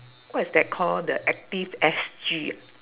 what is that call the active S_G